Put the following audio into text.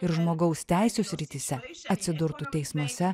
ir žmogaus teisių srityse atsidurtų teismuose